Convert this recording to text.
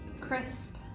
crisp